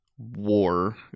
war